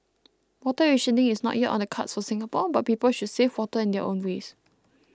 water rationing is not yet on the cards for Singapore but people should save water in their own ways